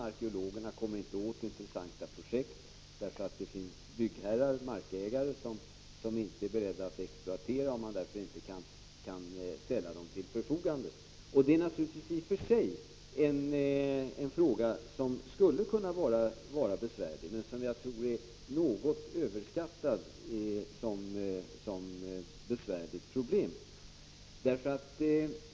Arkeologerna kommer inte åt intressanta projekt, eftersom det finns byggherrar och markägare som inte är beredda att exploatera — och materialet kan då inte ställas till förfogande. Det är naturligtvis i och för sig ett problem som skulle kunna vara besvärligt, men jag tror att problemets svårighet är något överskattat.